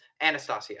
Anastasia